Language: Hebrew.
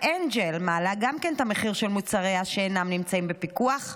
אנג'ל מעלה גם כן את המחיר של מוצריה שאינם נמצאים בפיקוח,